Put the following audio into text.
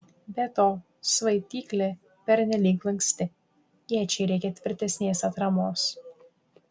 be to svaidyklė pernelyg lanksti iečiai reikia tvirtesnės atramos